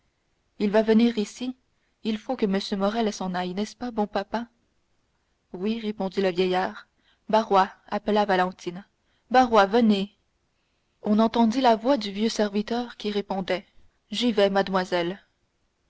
il va venir ici il faut que m morrel s'en aille n'est-ce pas bon papa oui répondit le vieillard barrois appela valentine barrois venez on entendit la voix du vieux serviteur qui répondait j'y vais mademoiselle